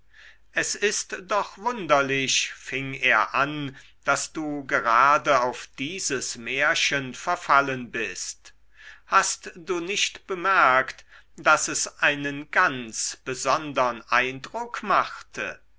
es ist doch wunderlich fing er an daß du gerade auf dieses märchen verfallen bist hast du nicht bemerkt daß es einen ganz besondern eindruck machte